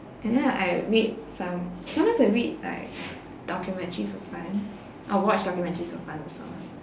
and then I read some~ sometimes I read like documentaries for fun I'll watch documentaries for fun also